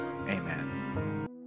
Amen